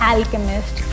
Alchemist